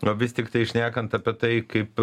o vis tiktai šnekant apie tai kaip